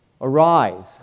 Arise